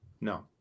no